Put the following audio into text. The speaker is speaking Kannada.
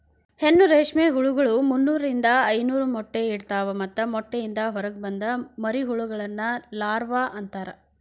ಹೆಣ್ಣು ರೇಷ್ಮೆ ಹುಳಗಳು ಮುನ್ನೂರಿಂದ ಐದನೂರ ಮೊಟ್ಟೆ ಇಡ್ತವಾ ಮತ್ತ ಮೊಟ್ಟೆಯಿಂದ ಹೊರಗ ಬಂದ ಮರಿಹುಳಗಳನ್ನ ಲಾರ್ವ ಅಂತಾರ